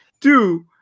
Two